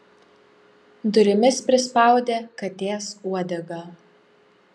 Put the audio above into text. durimis prispaudė katės uodegą